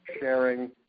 sharing